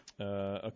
Okay